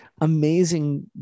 amazing